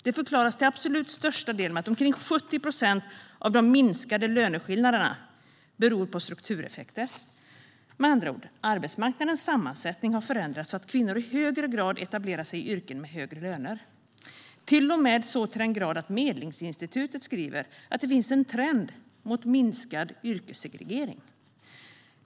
Det förklaras till absolut största delen med att omkring 70 procent av de minskade löneskillnaderna beror på struktureffekter. Med andra ord har arbetsmarknadens sammansättning förändrats så att kvinnor i högre grad etablerar sig i yrken med högre löner, till och med så till den grad att Medlingsinstitutet skriver att det finns en trend mot minskad yrkessegregering.